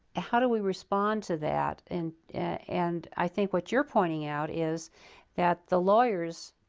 how do we respond to that? and and i think what you're pointing out is that the lawyers